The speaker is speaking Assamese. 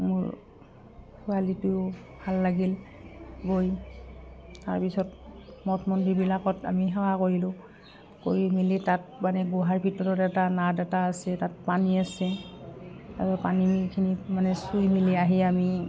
মোৰ ছোৱালীটোও ভাল লাগিল গৈ তাৰপিছত মঠ মন্দিৰবিলাকত আমি সেৱা কৰিলোঁ কৰি মেলি তাত মানে গুহাৰ ভিতৰত এটা নাদ এটা আছে তাত পানী আছে পানীখিনি মানে চুই মেলি আহি আমি